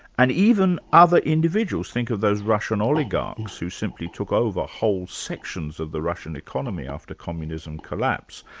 and even other individuals think of those russian oligarchs who simply took over whole sections of the russian economy after communism collapsed.